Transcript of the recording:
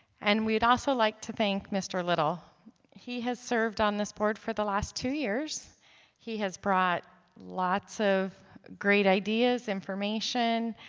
an we'd also like to thank mr. little he has served on this board for the last two years he has brought lots of great ideas, information